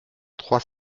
trois